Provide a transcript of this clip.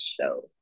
show